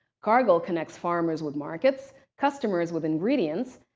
cargill connects farmers with markets, customers with ingredients,